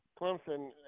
Clemson